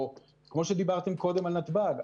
או כמו שדיברתם קודם על נתב"ג,